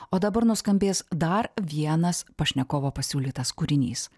o dabar nuskambės dar vienas pašnekovo pasiūlytas kūrinys